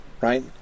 right